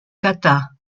kata